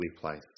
place